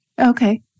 Okay